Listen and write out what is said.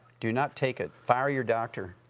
do not take it. fire your doctor.